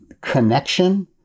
connection